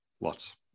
lots